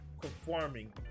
conforming